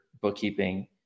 bookkeeping